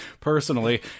personally